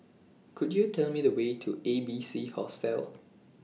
Could YOU Tell Me The Way to A B C Hostel